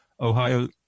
Ohio